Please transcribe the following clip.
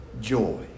joy